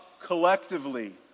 collectively